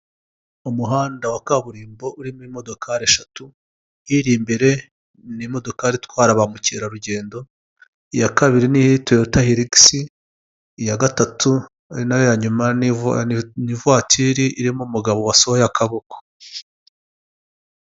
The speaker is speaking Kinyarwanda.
Umuhanda wa kaburimbo urimo imodokari eshatu, iri imbere ni imodokari itwara ba mukerarugendo, iya kabiri ni Toyota hirikisi, iya gatatu ari nayo ya nyuma ni ivuwatiri irimo umugabo wasohoye akaboko.